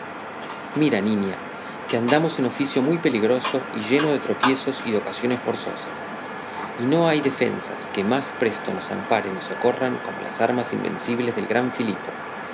mira niña que andamos en oficio muy peligroso y lleno de tropiezos y de ocasiones forzosas y no hay defensas que más presto nos amparen y socorran como las armas invencibles del gran filipo